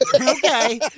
Okay